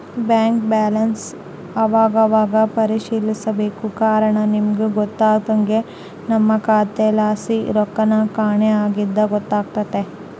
bank ಬ್ಯಾಲನ್ಸನ್ ಅವಾಗವಾಗ ಪರಿಶೀಲಿಸ್ಬೇಕು ಕಾರಣ ನಮಿಗ್ ಗೊತ್ತಾಗ್ದೆ ನಮ್ಮ ಖಾತೆಲಾಸಿ ರೊಕ್ಕೆನನ ಕಾಣೆ ಆಗಿದ್ರ ಗೊತ್ತಾತೆತೆ